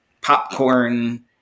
Popcorn